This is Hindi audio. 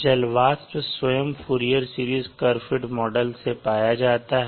जल वाष्प स्वयं Fourier series curve fit model से पाया जाता है